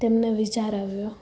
તેમને વિચાર આવ્યો